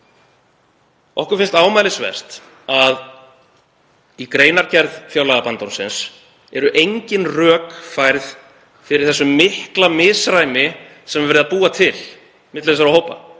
Okkur finnst ámælisvert að í greinargerð fjárlagabandormsins eru engin rök færð fyrir því mikla misræmi sem er verið að búa til milli þessara hópa